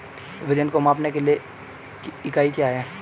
वजन को मापने के लिए इकाई क्या है?